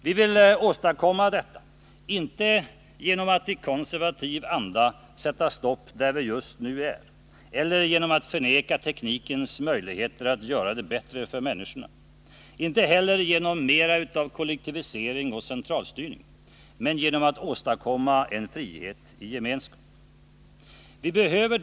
Vi vill åstadkomma detta inte genom att i konservativ anda sätta stopp där vi just nu är eller genom att förneka teknikens möjligheter att göra det bättre för människorna, inte heller genom mer av kollektivisering och centralstyrning utan genom att åstadkomma en frihet i gemenskap. Vi behövert.ex.